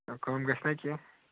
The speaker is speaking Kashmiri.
نہ کَم گَژھِ نا کینٛہہ